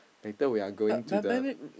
later we are going to the